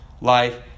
life